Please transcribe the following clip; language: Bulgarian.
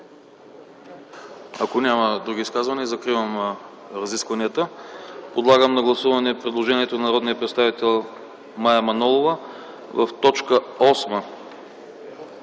Ако няма други изказвания, закривам разискванията. Подлагам на гласуване предложението на народния представител Мая Манолова в т. 8,